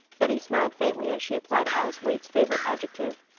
betty smiled faintly as she applied alice waite's favorite adjective.